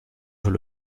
veut